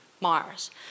Mars